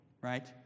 right